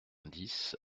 dix